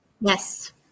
yes